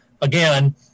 again